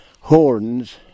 Horns